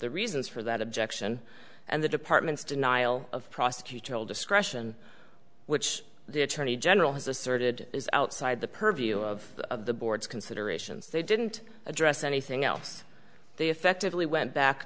the reasons for that objection and the department's denial of prosecutorial discretion which the attorney general has asserted is outside the purview of the board's considerations they didn't address anything else they effectively went back